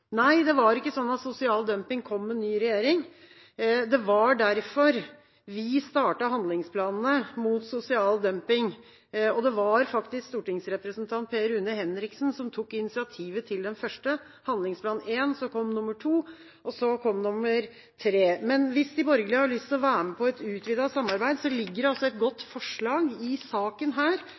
Nei, det var ikke sånn at sosial dumping kom med ny regjering. Det var derfor vi startet handlingsplanene mot sosial dumping. Det var faktisk stortingsrepresentant Per Rune Henriksen som tok initiativet til den første handlingsplanen. Så kom nummer to, og så kom nummer tre. Hvis de borgerlige har lyst til å være med på et utvidet samarbeid, ligger det altså et godt forslag i denne saken,